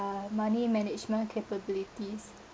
money management capabilities